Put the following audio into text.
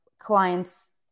clients